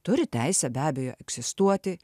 turi teisę be abejo egzistuoti